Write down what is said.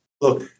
Look